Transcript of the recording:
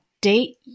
date